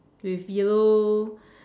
with yellow